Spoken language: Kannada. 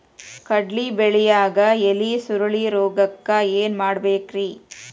ಕಡ್ಲಿ ಬೆಳಿಯಾಗ ಎಲಿ ಸುರುಳಿರೋಗಕ್ಕ ಏನ್ ಮಾಡಬೇಕ್ರಿ?